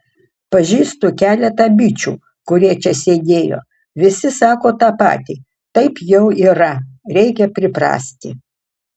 pažįstu keletą bičų kurie čia sėdėjo visi sako tą patį taip jau yra reikia priprasti